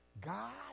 God